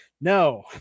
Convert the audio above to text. No